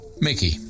Mickey